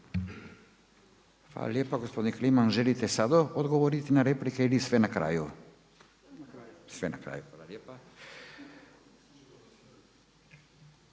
Hvala lijepa gospodine Kliman. Želite sada odgovoriti na replike ili sve na kraju? Sve na kraju. Hvala lijepa.